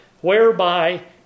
whereby